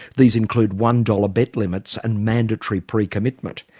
these include one dollar bet limits and mandatory pre-commitment.